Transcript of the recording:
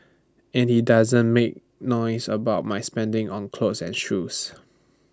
and he doesn't make noise about my spending on clothes and shoes